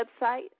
website